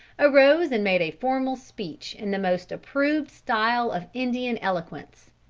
arose and made a formal speech in the most approved style of indian eloquence.